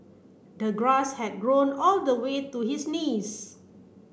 the grass had grown all the way to his knees